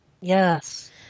Yes